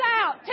out